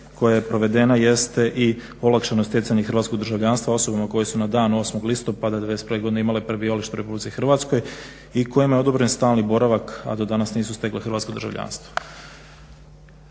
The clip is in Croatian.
koja je provedena jeste i olakšano stecanje hrvatskog državljanstva osobama koje su na dan 8. listopada '91. godine imale prebivalište u Republici Hrvatskoj i kojima je odobren stalni boravak a do danas nisu stekle hrvatsko državljanstvo.